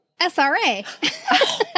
SRA